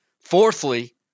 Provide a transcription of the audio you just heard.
Fourthly